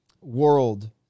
world